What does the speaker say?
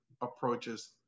approaches